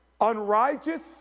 unrighteous